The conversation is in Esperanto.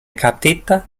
kaptita